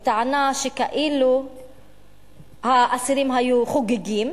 בטענה שהאסירים כאילו היו חוגגים